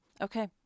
Okay